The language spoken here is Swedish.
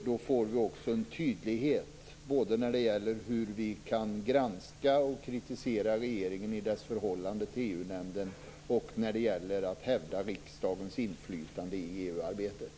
Då får vi också en tydlighet både när det gäller hur vi kan granska och kritisera regeringen i dess förhållande till EU-nämnden och när det gäller att hävda riksdagens inflytande i EU-arbetet.